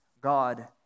God